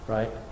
Right